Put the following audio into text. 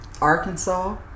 Arkansas